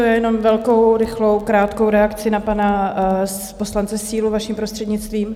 Já jenom velkou, rychlou, krátkou reakci na pana poslance Sílu, vaším prostřednictvím.